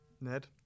Ned